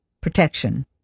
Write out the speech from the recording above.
protection